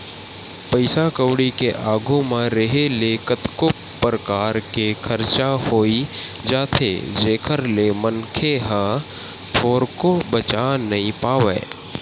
पइसा कउड़ी के आघू म रेहे ले कतको परकार के खरचा होई जाथे जेखर ले मनखे ह थोरको बचा नइ पावय